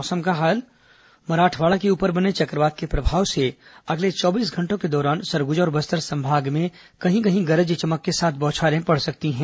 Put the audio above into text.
मौसम मराठवाड़ा के ऊपर बने चक्रवात के प्रभाव से अगले चौबीस घंटों के दौरान सरगुजा और बस्तर संभाग में कहीं कहीं गरज चमक के साथ बोछारें पड़ सकती हैं